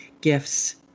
gifts